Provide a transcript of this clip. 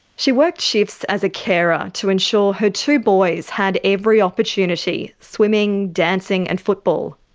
she worked shifts as a carer to ensure her two boys had every opportunity swimming, dancing and football.